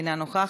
אינה נוכחת.